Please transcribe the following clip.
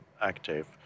active